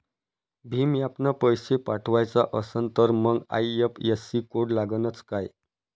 भीम ॲपनं पैसे पाठवायचा असन तर मंग आय.एफ.एस.सी कोड लागनच काय?